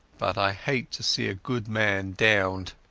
but i hate to see a good man downed,